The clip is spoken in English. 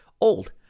old